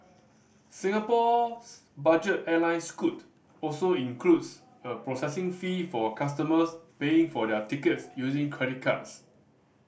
Singapore's budget airline Scoot also includes a processing fee for customers paying for their tickets using credit cards